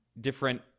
different